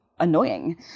annoying